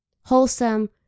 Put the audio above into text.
wholesome